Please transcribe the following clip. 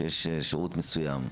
שיש שירות מסוים,